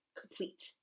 complete